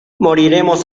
moriremos